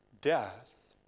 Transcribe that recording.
death